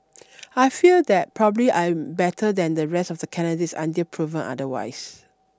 I feel that probably I am better than the rest of the candidates until proven otherwise